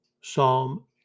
Psalm